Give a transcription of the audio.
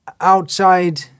outside